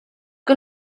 que